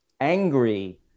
angry